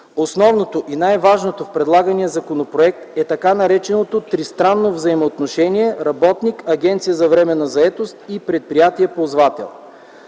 Основното и най-важното в предлагания законопроект е така нареченото „тристранно взаимоотношение” – работник, агенция за временна заетост и предприятие - ползвател.